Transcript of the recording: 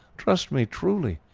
trust me truly,